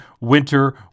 winter